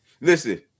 listen